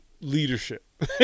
leadership